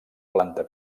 planta